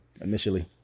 initially